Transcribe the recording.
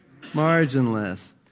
marginless